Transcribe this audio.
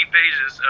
pages